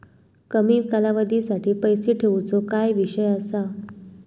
कमी कालावधीसाठी पैसे ठेऊचो काय विषय असा?